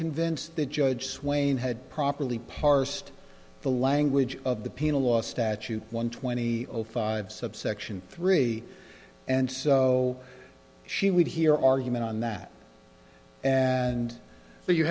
convinced the judge swain had properly parsed the language of the penal law statute one twenty five subsection three and so she would hear argument on that and so you